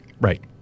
Right